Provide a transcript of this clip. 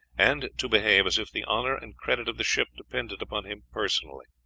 and to behave as if the honor and credit of the ship depended upon him personally.